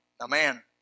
Amen